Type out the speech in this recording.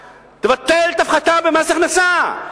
תבטל את ההפחתה במס הכנסה.